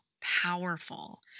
powerful